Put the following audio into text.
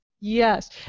Yes